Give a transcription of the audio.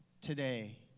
today